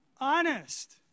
honest